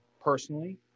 personally